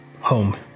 home